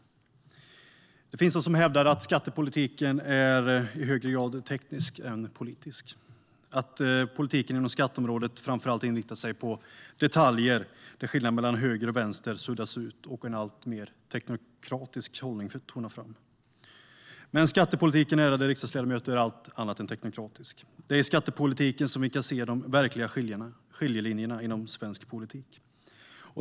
Det finns de som hävdar att skattepolitiken är i högre grad teknisk än politisk - att politiken inom skatteområdet framför allt inriktar sig på detaljer där skillnaden mellan höger och vänster suddas ut och en alltmer teknokratisk hållning tonar fram. Skattepolitiken är dock allt annat än teknokratisk, ärade ledamöter. Det är i skattepolitiken vi kan se de verkliga skiljelinjerna inom svensk politik.